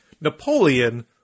Napoleon